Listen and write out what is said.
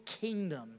kingdom